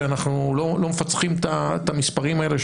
שאנחנו לא מפצחים את המספרים האלה,